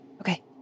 okay